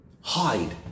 Hide